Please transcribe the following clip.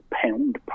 pound